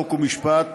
חוק ומשפט